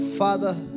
Father